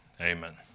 Amen